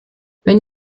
wenn